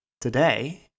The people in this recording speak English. Today